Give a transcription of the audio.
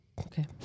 Okay